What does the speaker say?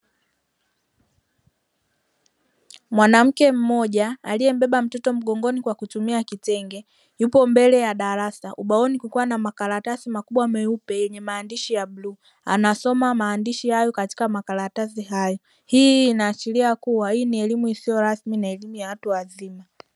Mwanamke mmoja aliyembeba mtoto mgongoni kwa kutumia kitenge yupo mbele ya darasa ubaoni kukiwa na makaratasi makubwa meupe yenye maandishi ya buluu, anasoma maandishi hayo katika makaratasi hayo hii inaashiria kuwa ni elimu isiyokuwa rasmi na elimu ya watu wazima.